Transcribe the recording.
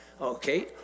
okay